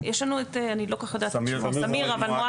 יש לנו את סמיר מועדי.